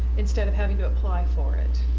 instead of having to apply for it.